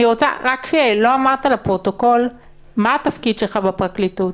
לא אמרת לפרוטוקול מה התפקיד שלך בפרקליטות.